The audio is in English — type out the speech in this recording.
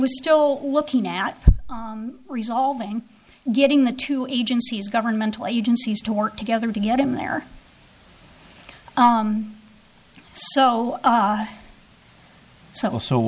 was still looking at resolving getting the two agencies governmental agencies to work together to get him there so so